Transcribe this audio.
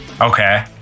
Okay